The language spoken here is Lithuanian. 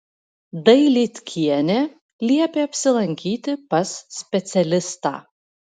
dailydkienė liepė apsilankyti pas specialistą